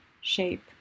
shape